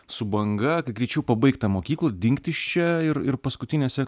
su banga kad greičiau pabaigt tą mokyklą dingt iš čia ir ir paskutinėse